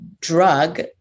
drug